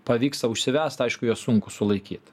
pavyksta užsivest aišku juos sunku sulaikyt